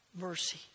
Mercy